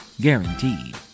Guaranteed